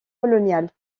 coloniale